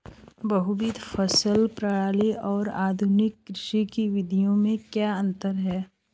बहुविध फसल प्रणाली और आधुनिक कृषि की विधि में क्या अंतर है?